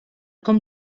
com